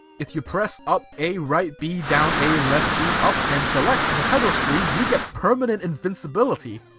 if you press up, a, right, b, down, a, left, b, up and select at the title screen you get permanent invincibility!